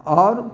आओर